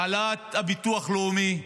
העלאת הביטוח הלאומי,